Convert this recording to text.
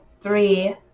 three